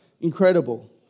incredible